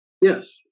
Yes